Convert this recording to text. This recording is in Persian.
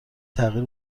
تغییر